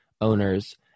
owners